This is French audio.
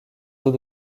eaux